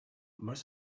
most